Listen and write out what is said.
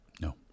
No